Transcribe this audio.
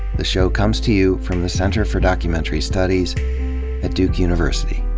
the show comes to you from the center for documentary studies at duke university